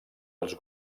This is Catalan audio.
els